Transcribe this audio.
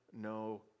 no